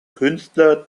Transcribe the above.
künstler